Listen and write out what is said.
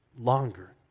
longer